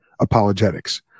apologetics